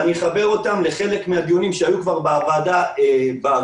ואחבר אותן לחלק מן הדיונים שהיו כבר בוועדה בעבר,